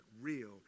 real